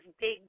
big